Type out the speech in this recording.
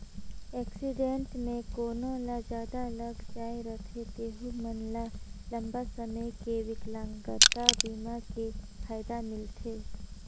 accident मे कोनो ल जादा लग जाए रथे तेहू मन ल लंबा समे के बिकलांगता बीमा के फायदा मिलथे